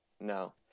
no